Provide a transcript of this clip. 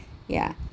ya